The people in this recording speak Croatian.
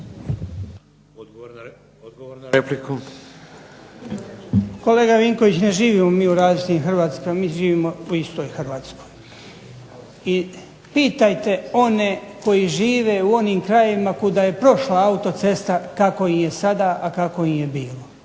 Kolega Vinković ne živimo mi u različitim Hrvatskama, mi živimo u istoj Hrvatskoj. I pitajte one koji žive u onim krajevima kuda je prošla autocesta kako im je sada, a kako im je bilo.